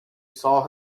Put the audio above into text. saw